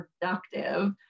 productive